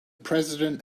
president